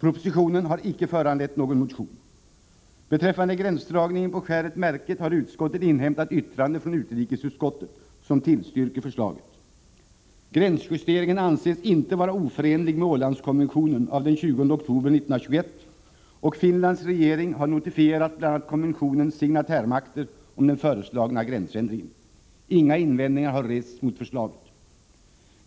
Propositionen har icke föranlett någon motion. Beträffande gränsdragningen på skäret Märket har utskottet inhämtat yttrande från utrikesutskottet, som tillstyrker förslaget. Gränsjusteringen anses inte vara oförenlig med Ålandskonventionen av den 20 oktober 1921, och Finlands regering har notifierat bl.a. konventionens signatärmakter om den föreslagna gränsändringen. Inga invändningar har rests mot förslaget.